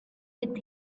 with